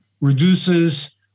reduces